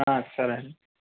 సరే అండి